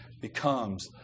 becomes